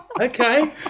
Okay